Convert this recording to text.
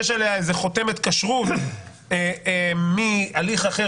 שתהיה עליה איזו חותמת כשרות של הליך אחר